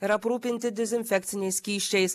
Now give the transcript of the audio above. ir aprūpinti dezinfekciniais skysčiais